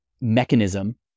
mechanism